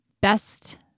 best